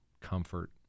comfort